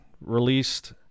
released